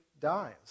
dies